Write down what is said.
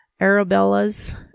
Arabella's